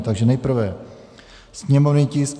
Takže nejprve sněmovní tisk 1094.